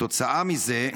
כתוצאה מזה,